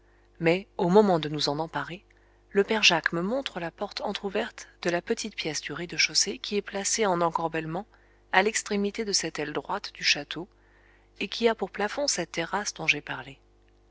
mais au moment de nous en emparer le père jacques me montre la porte entr'ouverte de la petite pièce du rez-de-chaussée qui est placée en encorbellement à l'extrémité de cette aile droite du château et qui a pour plafond cette terrasse dont j'ai parlé